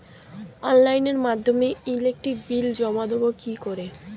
অনলাইনের মাধ্যমে electric bill জমা দেবো কি করে?